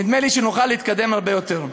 נדמה לי שנוכל להתקדם הרבה יותר.